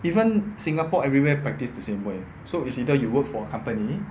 even singapore everywhere practice the same way so it's either you work for a company